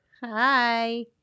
Hi